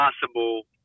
possible